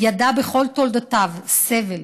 ידע בכל תולדותיו סבל,